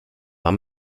war